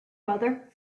mother